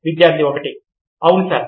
విద్యార్థి 1 అవును సార్